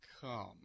come